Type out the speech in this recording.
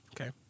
Okay